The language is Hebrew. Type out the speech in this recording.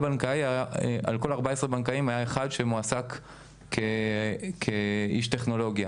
על כל 14 בנקאים היה 1 שמועסק כאיש טכנולוגיה,